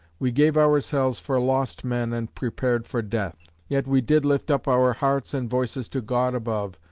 we gave ourselves for lost men and prepared for death. yet we did lift up our hearts and voices to god above,